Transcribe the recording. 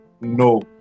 no